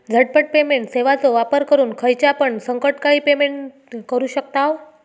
झटपट पेमेंट सेवाचो वापर करून खायच्यापण संकटकाळी पेमेंट करू शकतांव